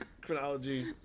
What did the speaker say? chronology